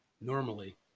Normally